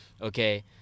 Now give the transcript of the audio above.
Okay